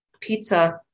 Pizza